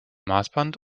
maßband